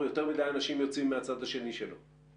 יותר מדי אנשים יוצאים מהצד השני שלו?